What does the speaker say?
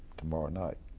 tomorrow night.